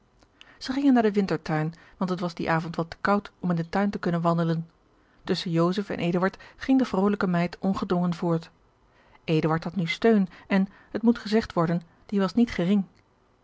zij gingen naar den wintertuin want het was dien avond wat te koud om in den tuin te kunnen wandelen tusschen joseph en eduard ging de vrolijke meid ongedwongen voort eduard had nu steun en het moet gezegd worden die was niet gering